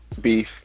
beef